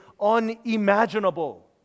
unimaginable